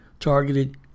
targeted